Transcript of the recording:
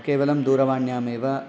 केवलं दूरवाण्यामेव